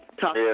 talk